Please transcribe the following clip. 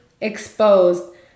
exposed